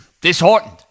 disheartened